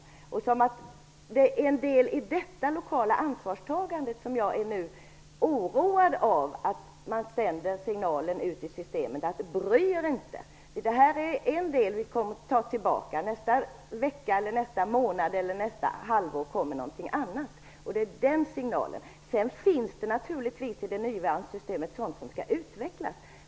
Det jag är oroad för är att man i fråga om detta lokala ansvarstagande nu sänder ut denna signal i systemet: Bry er inte! Detta kommer vi att ta tillbaka. Nästa vecka, eller nästa månad eller nästa halvår kommer någonting annat. Det är den signalen det handlar om. Sedan finns det naturligtvis sådant som skall utvecklas i det nuvarande systemet.